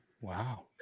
Wow